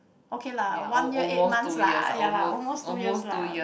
okay lah one year eight months lah ya lah almost two years lah